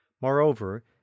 Moreover